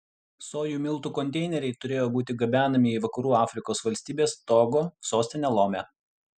sojų miltų konteineriai turėjo būti gabenami į vakarų afrikos valstybės togo sostinę lomę